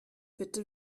bitte